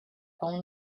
only